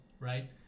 Right